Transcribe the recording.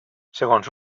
segons